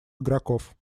игроков